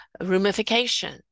rumification